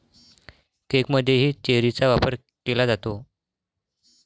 केकमध्येही चेरीचा वापर केला जातो